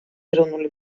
ეროვნული